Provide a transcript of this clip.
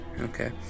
Okay